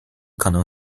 可能